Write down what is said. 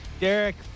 Derek